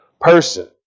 person